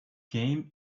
game